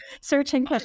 searching